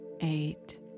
eight